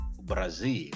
Brazil